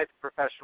professional